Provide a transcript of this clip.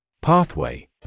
Pathway